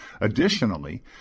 Additionally